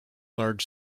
large